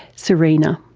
serena.